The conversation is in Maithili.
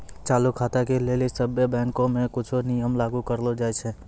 चालू खाता के लेली सभ्भे बैंको मे कुछो नियम लागू करलो जाय छै